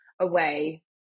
away